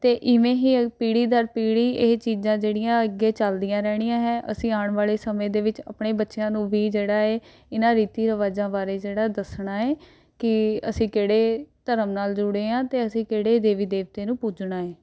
ਅਤੇ ਇਵੇਂ ਹੀ ਪੀੜੀ ਦਰ ਪੀੜੀ ਇਹ ਚੀਜ਼ਾਂ ਜਿਹੜੀਆਂ ਅੱਗੇ ਚੱਲਦੀਆਂ ਰਹਿਣੀਆਂ ਹੈੈ ਅਸੀਂ ਆਉਣ ਵਾਲੇ ਸਮੇਂ ਦੇ ਵਿੱਚ ਆਪਣੇ ਬੱਚਿਆਂ ਨੂੰ ਵੀ ਜਿਹੜਾ ਹੈ ਇਹਨਾਂ ਰੀਤੀ ਰਿਵਾਜਾਂ ਬਾਰੇ ਜਿਹੜਾ ਦੱਸਣਾ ਹੈ ਕਿ ਅਸੀਂ ਕਿਹੜੇ ਧਰਮ ਨਾਲ ਜੁੜੇ ਹਾਂ ਅਤੇ ਅਸੀਂ ਕਿਹੜੇ ਦੇਵੀ ਦੇਵਤੇ ਨੂੰ ਪੂਜਣਾ ਹੈ